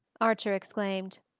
archer exclaimed.